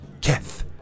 Keth